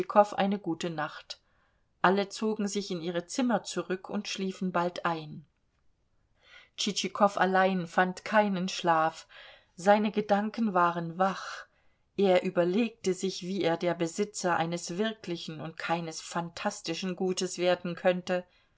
eine gute nacht alle zogen sich in ihre zimmer zurück und schliefen bald ein tschitschikow allein fand keinen schlaf seine gedanken waren wach er überlegte sich wie er der besitzer eines wirklichen und keines phantastischen gutes werden könnte